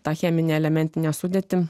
tą cheminę elementinę sudėtį